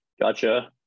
Gotcha